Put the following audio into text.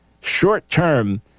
Short-term